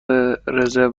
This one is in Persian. رزرو